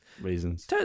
reasons